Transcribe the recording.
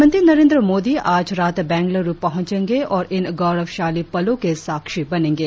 प्रधानमंत्री नरेंद्र मोदी आज रात बेंगलूरु में इन गौरवशाली पलों के साक्षी बनेंगे